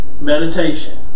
Meditation